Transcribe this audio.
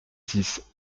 six